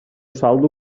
saldo